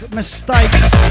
mistakes